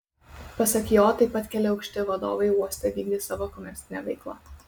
pasak jo taip pat keli aukšti vadovai uoste vykdė savo komercinę veiklą